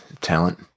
talent